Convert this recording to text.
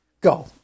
Go